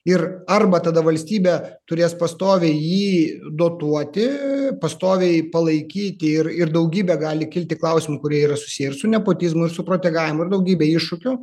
ir arba tada valstybė turės pastoviai jį dotuoti pastoviai palaikyti ir ir daugybę gali kilti klausimų kurie yra susiję ir su nepotizmu ir su protegavimu ir daugybe iššūkių